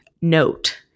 note